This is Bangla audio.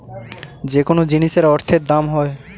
যেকোনো জিনিসের অর্থের দাম হয়